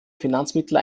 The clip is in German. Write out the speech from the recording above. finanzmittel